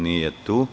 Nije tu.